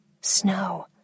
Snow